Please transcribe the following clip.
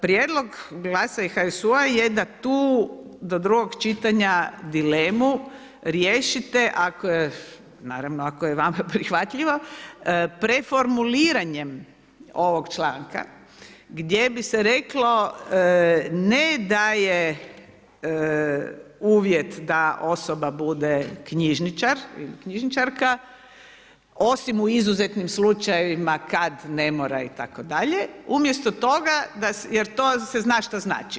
Prijedlog GLAS-a i HSU-a je da tu do drugog čitanja dilemu riješite ako je vama prihvatljivo preformuliranjem ovog članka, gdje bi se reklo, ne da je uvjet da osoba bude knjižničar ili knjižničarka, osim u izuzetim slučajevima, kada ne mora itd. umjesto toga, jer to zna se što znači.